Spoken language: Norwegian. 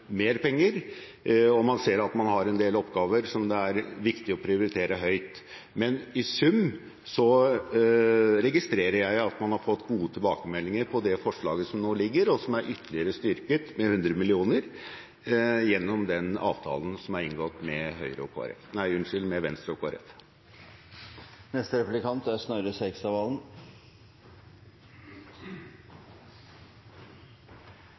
mer penger, og man ser at man har en del oppgaver som det er viktig å prioritere høyt. Men i sum registrerer jeg at man har fått gode tilbakemeldinger på det forslaget som nå ligger, og som er ytterligere styrket med 100 mill. kr gjennom den avtalen som er inngått med Venstre og Kristelig Folkeparti. I fjor høst la regjeringen, som består av Fremskrittspartiet og